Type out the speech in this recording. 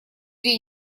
две